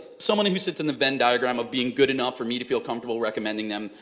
someone who sits in the venn diagram of being good enough for me to feel comfortable recommending them.